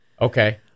Okay